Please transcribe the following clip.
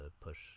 push